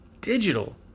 digital